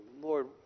Lord